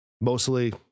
Mostly